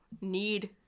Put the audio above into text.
need